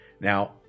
Now